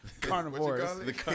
Carnivores